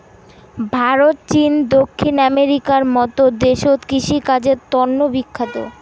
ভারত, চীন, দক্ষিণ আমেরিকার মত দেশত কৃষিকাজের তন্ন বিখ্যাত